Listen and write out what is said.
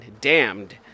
Damned